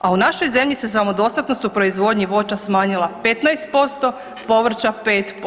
A u našoj zemlji se samodostatnost u proizvodnji voća smanjila 15%, povrća 5%